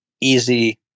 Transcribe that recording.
easy